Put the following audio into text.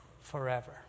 forever